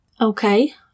Okay